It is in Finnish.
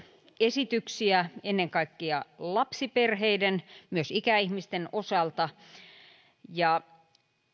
esityksiä ennen kaikkea lapsiperheiden myös ikäihmisten osalta